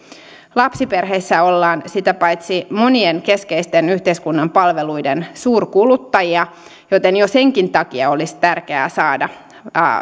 lapsiperheissä ollaan sitä paitsi monien keskeisten yhteiskunnan palveluiden suurkuluttajia joten jo senkin takia olisi tärkeää saada